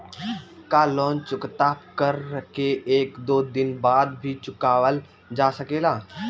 का लोन चुकता कर के एक दो दिन बाद भी चुकावल जा सकेला?